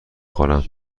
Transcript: خورم